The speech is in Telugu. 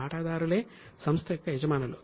వాటాదారులే సంస్థ యొక్క యజమానులు